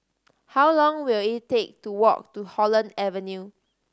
how long will it take to walk to Holland Avenue